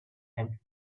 empty